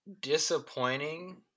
disappointing